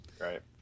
right